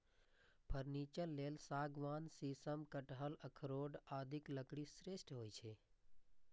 furniture लेल सागवान, शीशम, कटहल, अखरोट आदिक लकड़ी श्रेष्ठ होइ छै